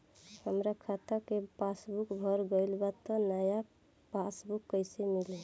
हमार खाता के पासबूक भर गएल बा त नया पासबूक कइसे मिली?